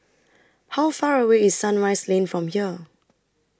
How Far away IS Sunrise Lane from here